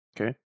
Okay